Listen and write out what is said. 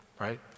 right